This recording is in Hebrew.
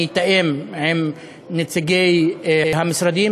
אני אתאם עם נציגי המשרדים,